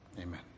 amen